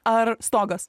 ar stogas